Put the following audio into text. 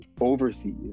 overseas